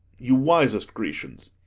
you wisest grecians,